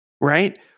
Right